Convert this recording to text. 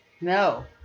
No